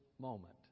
moment